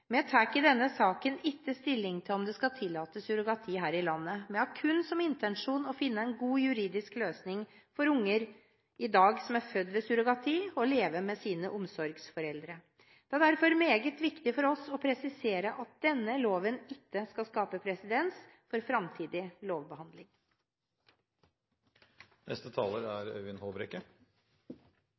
Vi tar i denne saken ikke stilling til om det skal tillates surrogati her i landet. Vi har kun som intensjon å finne en god juridisk løsning for unger i dag som er født ved surrogati og lever med sine omsorgsforeldre. Det er derfor meget viktig for oss å presisere at denne loven ikke skal skape presedens for framtidig lovbehandling. Det er